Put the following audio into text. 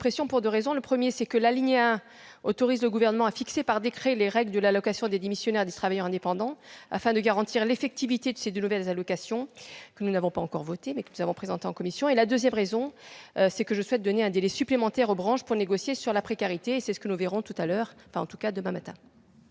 pour deux raisons. La première raison, c'est que l'alinéa 1 autorise le Gouvernement à fixer par décret les règles de l'allocation des démissionnaires et des travailleurs indépendants afin de garantir l'effectivité de ces deux nouvelles allocations, disposition que nous n'avons pas encore votée mais que nous avons présentée en commission. La seconde raison, c'est que je souhaite donner un délai supplémentaire aux branches pour négocier sur la précarité. C'est ce que nous verrons demain matin.